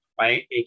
right